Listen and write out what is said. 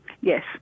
Yes